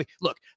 look